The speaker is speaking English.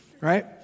right